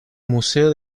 museo